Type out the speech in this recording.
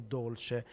dolce